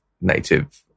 native